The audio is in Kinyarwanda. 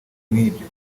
nkibyo